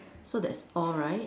so there's all right